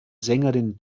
sängerin